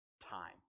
time